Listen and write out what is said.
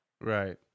right